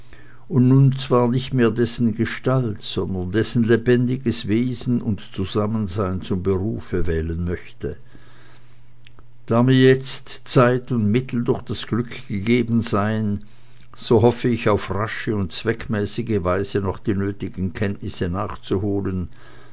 und nun zwar nicht mehr dessen gestalt sondern dessen lebendiges wesen und zusammensein zum berufe wählen möchte da mir jetzt zeit und mittel durch das glück gegeben seien so hoffe ich auf rasche und zweckmäßige weise noch die nötigen kenntnisse nachzuholen